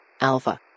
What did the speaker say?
Alpha